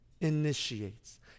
initiates